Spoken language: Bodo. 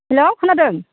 हेलौ खोनादों